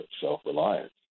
self-reliant